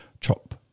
chop